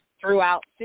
throughout